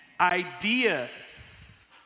ideas